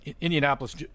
Indianapolis